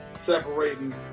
separating